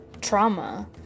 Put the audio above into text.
trauma